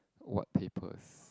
what papers